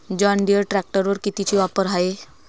John Deere ट्रॅक्टरवर कितीची offer हाये?